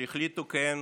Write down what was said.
שהחליטו שהן